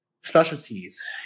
specialties